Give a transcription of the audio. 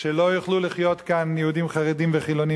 שלא יוכלו לחיות כאן יהודים חרדים וחילונים,